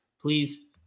please